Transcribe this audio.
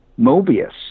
Mobius